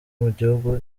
mugihugu